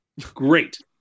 great